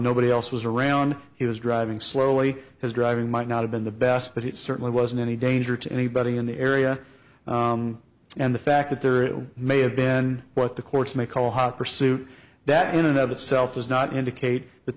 nobody else was around he was driving slowly his driving might not have been the best but it certainly wasn't any danger to anybody in the area and the fact that there it may have been what the courts may call hot pursuit that in and of itself does not indicate that